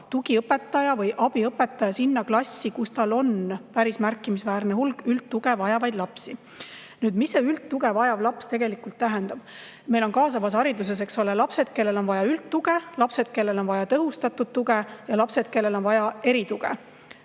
tugiõpetaja või abiõpetaja klassi, kui seal on päris märkimisväärne hulk üldtuge vajavaid lapsi. Mis see üldtuge vajav laps tegelikult tähendab? Meil on kaasavas hariduses, eks ole, lapsed, kellel on vaja üldtuge, lapsed, kellel on vaja tõhustatud tuge, ja lapsed, kellel on vaja erituge.